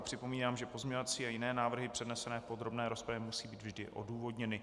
Připomínám, že pozměňovací a jiné návrhy přednesené v podrobné rozpravě musí být vždy odůvodněny.